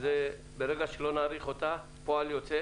ברגע שלא נאריך אותה אז הפועל היוצא